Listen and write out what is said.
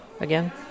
again